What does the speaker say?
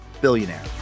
billionaire